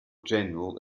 general